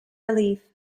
relief